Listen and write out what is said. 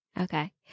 okay